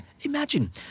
Imagine